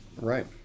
right